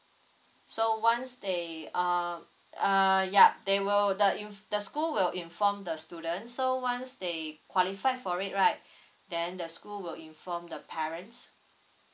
so once they uh uh yup they will the inf~ the school will inform the student so once they qualified for it right then the school will inform the parents